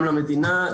גם למדינה,